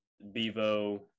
Bevo